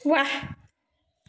ৱাহ